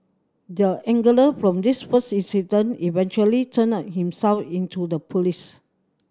the angler from this first incident eventually turned himself in to the police